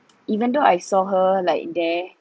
even though I saw her like there